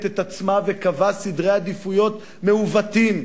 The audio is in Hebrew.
את עצמה וקבעה סדרי עדיפויות מעוותים,